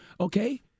okay